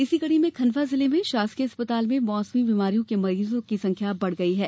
इसी कड़ी में खंडवा जिले में शासकीय अस्पताल में मौसमी बिमारियों की मरीजों की संख्या बढ़ गई है